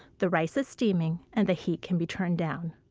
the rice is steaming, and the heat can be turned down.